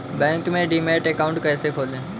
Bank में demat account कैसे खोलें?